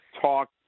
talk